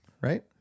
right